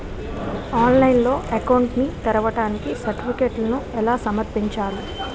ఆన్లైన్లో అకౌంట్ ని తెరవడానికి సర్టిఫికెట్లను ఎలా సమర్పించాలి?